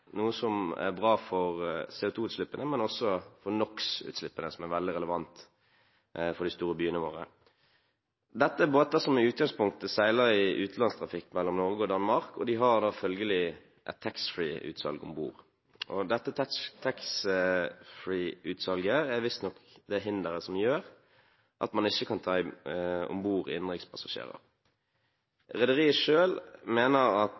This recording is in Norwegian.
noe som er bra for CO2-utslippene, men også for NOx-utslippene. Dette er veldig relevant for de store byene våre. Dette er båter som i utgangspunktet seiler i utenlandstrafikk mellom Norge og Danmark, og de har da følgelig et taxfree-utsalg om bord. Dette taxfree-utsalget er visstnok det som gjør at man ikke kan ta om bord innenrikspassasjerer. Rederiet selv mener at